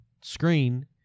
screen